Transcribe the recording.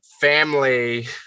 family